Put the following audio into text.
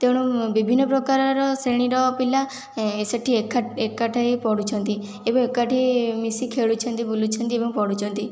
ତେଣୁ ବିଭିନ୍ନ ପ୍ରକାର ଶ୍ରେଣୀର ପିଲା ସେଇଠି ଏକଠି ପଢ଼ୁଛନ୍ତି ଏବେ ଏକଠି ମିଶି ଖେଳୁଛନ୍ତି ବୁଲୁଛନ୍ତି ଏବଂ ପଢ଼ୁଛନ୍ତି